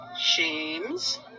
shames